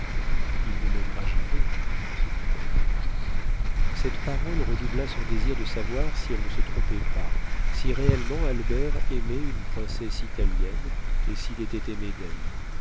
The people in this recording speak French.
il ne m'aimera jamais se dit-elle cette parole redoubla son désir de savoir si elle ne se trompait pas si réellement albert aimait une princesse italienne et s'il était aimé d'elle